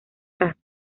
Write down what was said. caso